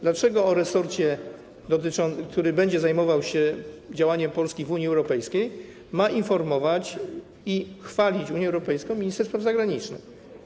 Dlaczego o resorcie, który będzie zajmował się działaniem Polski w Unii Europejskiej, ma informować i chwalić Unię Europejską minister spraw zagranicznych?